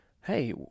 hey